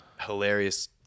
hilarious